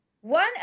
one